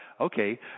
okay